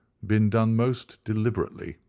been done most deliberately,